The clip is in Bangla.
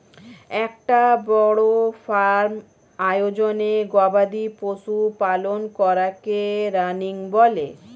একটা বড় ফার্ম আয়োজনে গবাদি পশু পালন করাকে রানিং বলে